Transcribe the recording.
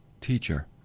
teacher